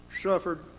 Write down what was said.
suffered